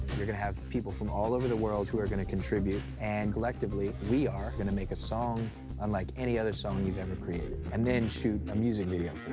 you're gonna have people from all over the world who are gonna contribute, and collectively, we are gonna make a song unlike any other song you've ever created, and then shoot a music video for